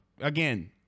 Again